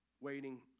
waiting